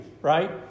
Right